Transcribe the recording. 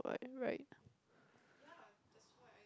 by right